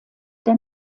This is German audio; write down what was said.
der